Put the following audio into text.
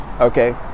Okay